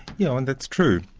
yeah and that's true.